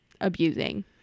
abusing